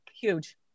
huge